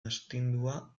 astindua